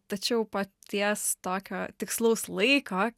tačiau paties tokio tikslaus laiko